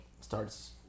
starts